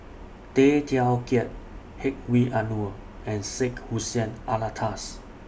Tay Teow Kiat Hedwig Anuar and Syed Hussein Alatas